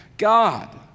God